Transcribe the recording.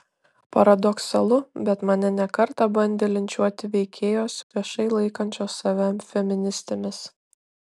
paradoksalu bet mane ne kartą bandė linčiuoti veikėjos viešai laikančios save feministėmis